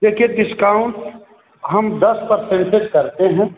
देखिए डिस्काउंट हम दस परसेंटेज करते हैं